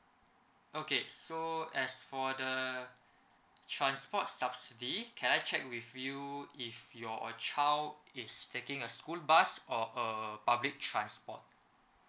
okay so as for the transport subsidy can I check with you if your child is taking a school bus or a public transport